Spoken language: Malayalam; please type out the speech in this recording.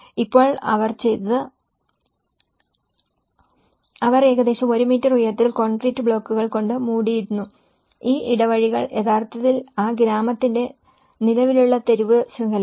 ഇപ്പോൾ അവർ ചെയ്തത് അവർ ഏകദേശം 1 മീറ്റർ ഉയരത്തിൽ കോൺക്രീറ്റ് ബ്ലോക്കുകൾ കൊണ്ട് മൂടിയിരുന്നു ഈ ഇടവഴികൾ യഥാർത്ഥത്തിൽ ആ ഗ്രാമത്തിന്റെ നിലവിലുള്ള തെരുവ് ശൃംഖലയാണ്